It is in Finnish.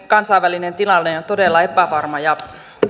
kansainvälinen tilanne on todella epävarma ja